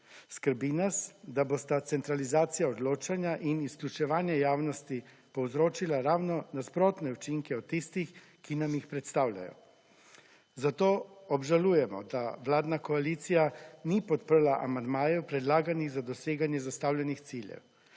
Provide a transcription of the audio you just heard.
Skrbi nas, da bosta centralizacija odločanja in izključevanje javnosti povzročila ravno nasprotne učinke od tistih, ki nam jih predstavljajo, zato obžalujemo, da vladna koalicija ni podprla amandmajev predlaganih za doseganje zastavljenih ciljev.